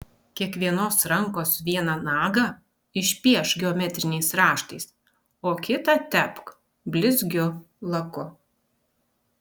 kiekvienos rankos vieną nagą išpiešk geometriniais raštais o kitą tepk blizgiu laku